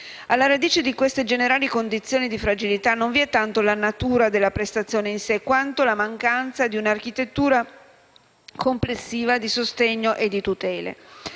Alla radice di queste generali condizioni di fragilità non vi è tanto la natura della prestazione in sé quanto la mancanza di un'architettura complessiva di sostegno e di tutele.